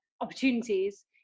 opportunities